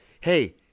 Hey